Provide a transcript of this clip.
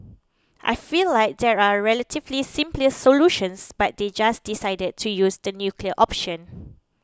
I feel like there are relatively simply solutions but they just decided to use the nuclear option